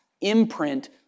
imprint